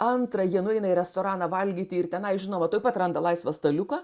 antra jie nueina į restoraną valgyti ir tenai žinoma tuoj pat randa laisvą staliuką